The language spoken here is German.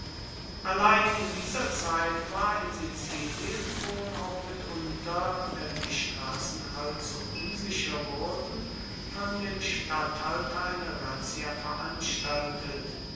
allein in dieser zeit war in sizilien wohl auch mitunter wenn die straßen allzu unsicher wurden von dem statthalter eine razzia veranstaltet